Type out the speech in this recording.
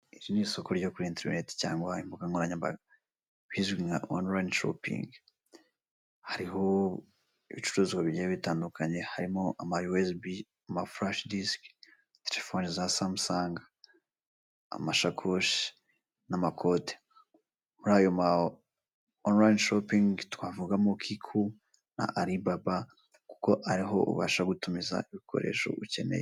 Iri ni isoko ryo kuri interinete cyangwa inkoranyambaga rizwi nko guhahira kuri onurayini(online shopping);.hariho ibicuruzwa bigiye bitandukanye harimo ama yuwezibi (imigozi ikoreshwa mu gucagonga terefone),furashi disike(flash disc), terefone za samusange(Samsung),amasakoshi n'amakote. Muri ayo ma onurayini shopingi(online shopping) twavugamo: Kiku(Kikuu) na Alibaba kuko ariho ubasha gutumiza ibikoresho ukeneye.